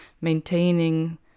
maintaining